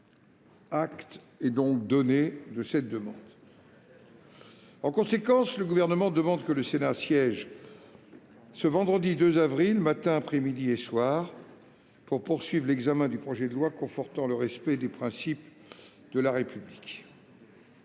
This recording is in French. Acte est donné de cette demande. En conséquence, le Gouvernement demande que le Sénat siège ce vendredi 2 avril, matin, après-midi et soir pour poursuivre l'examen du projet de loi confortant le respect des principes de la République.